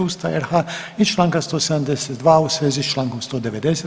Ustava RH i članka 172. u svezi sa člankom 190.